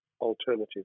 alternative